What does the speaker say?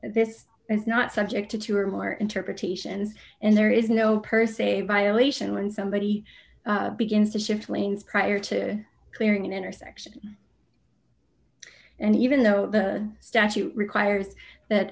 is not subject to two or more interpretations and there is no per se violation when somebody begins to shift lanes prior to clearing an intersection and even though the statute requires that